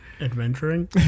Adventuring